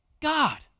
God